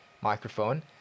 microphone